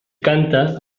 canta